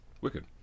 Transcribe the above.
Wicked